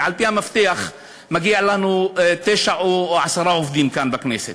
ועל-פי המפתח מגיע לנו תשעה או עשרה עובדים כאן בכנסת,